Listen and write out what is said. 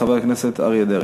חבר הכנסת אריה דרעי.